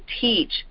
teach